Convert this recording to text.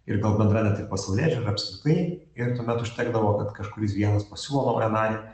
ir gal bendra net ir pasaulėžiūra ir apskritai ir tuomet užtekdavo kad kažkuris vienas pasiūlo naują narį